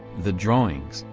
the drawings,